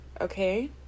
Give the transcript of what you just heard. okay